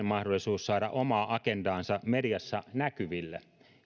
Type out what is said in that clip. mahdollisuus saada omaa agendaansa mediassa näkyville